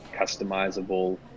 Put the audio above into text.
customizable